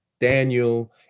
Daniel